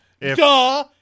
Duh